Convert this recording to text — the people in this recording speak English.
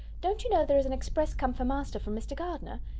don't you know there is an express come for master from mr. gardiner?